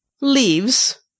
Leaves